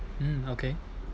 mm okay